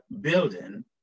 building